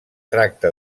tracta